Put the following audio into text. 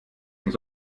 denn